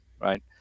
right